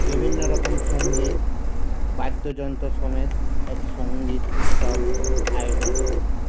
বিভিন্ন রকম সঙ্গীত বাদ্যযন্ত্র সমেত এক সঙ্গীত উৎসব আয়োজন হয়